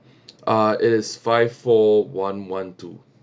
uh it is five four one one two